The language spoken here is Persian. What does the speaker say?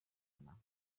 کنم